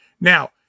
now